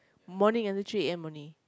morning until three A_M only